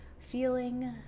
Feeling